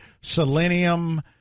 selenium